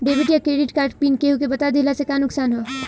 Debit या credit card pin केहूके बता दिहला से का नुकसान ह?